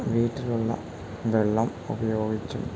വീട്ടിലുള്ള വെള്ളം ഉപയോഗിച്ചും